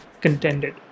contended